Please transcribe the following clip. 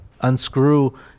unscrew